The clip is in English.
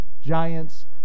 Giants